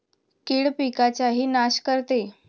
कीड पिकाचाही नाश करते